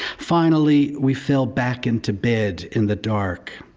finally, we fell back into bed in the dark.